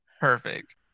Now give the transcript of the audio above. Perfect